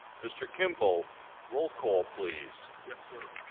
mr. kimball roll call please. yes sir.